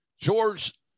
George